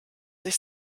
sich